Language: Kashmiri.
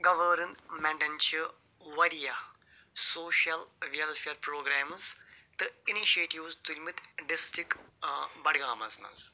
گَوٲرٕنمٮ۪نٛٹَن چھِ واریاہ سوشَل وٮ۪لفِیَر پرٛوگرامٕز تہٕ اِنِشیٹِوٕز تُلۍمٕتۍ ڈِسٹِک بَڈگامَس منٛز